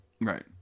Right